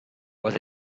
was